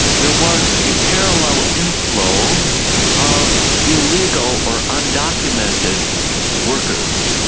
there was a parallel inflow of illegal or undocumented workers,